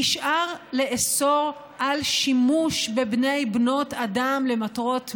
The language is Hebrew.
נשאר לאסור שימוש בבני ובנות אדם למטרות מין.